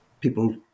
people